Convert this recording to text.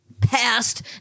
past